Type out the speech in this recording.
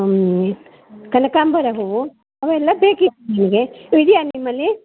ಹ್ಞೂ ಕನಕಾಂಬರ ಹೂವು ಅವೆಲ್ಲ ಬೇಕಿತ್ತು ನಮಗೆ ಇವು ಇದೆಯಾ ನಿಮ್ಮಲ್ಲಿ